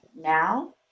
now